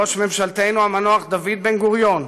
ראש ממשלתנו המנוח דוד בן-גוריון,